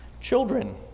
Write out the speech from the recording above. Children